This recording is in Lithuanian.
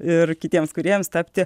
ir kitiems kūrėjams tapti